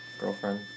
girlfriend